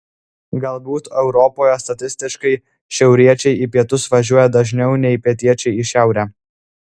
galbūt europoje statistiškai šiauriečiai į pietus važiuoja dažniau nei pietiečiai į šiaurę